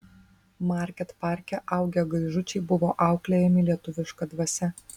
market parke augę gaižučiai buvo auklėjami lietuviška dvasia